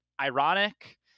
ironic